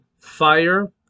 fire